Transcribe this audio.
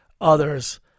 others